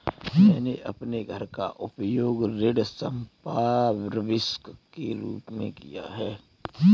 मैंने अपने घर का उपयोग ऋण संपार्श्विक के रूप में किया है